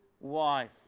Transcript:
wife